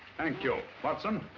thank you. watson.